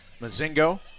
Mazingo